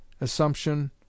Assumption